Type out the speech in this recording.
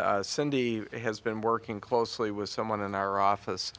again cindy has been working closely with someone in our office